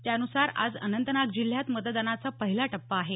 त्यानुसार आज अनंतनाग जिल्ह्यात मतदानाचा पहिला टप्पा आहे